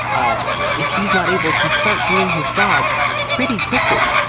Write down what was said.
ah if he's not able to start doing his job pretty quickly.